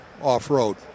off-road